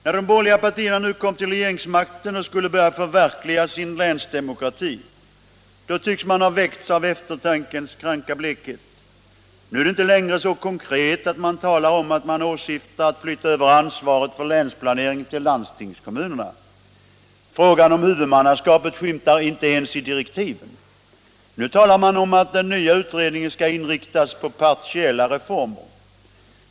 När de borgerliga partierna nu kom till regeringsmakten och skulle börja förverkliga sin länsdemokrati tycks man ha drabbats av eftertankens kranka blekhet. Nu är det inte längre så konkret att man talar om att man åsyftar att flytta över ansvaret för länsplaneringen till landstingskommunerna. Frågan om huvudmannaskapet skymtar inte ens i direktiven. Nu talar man om att den nya utredningen skall inriktas på partiella reformer.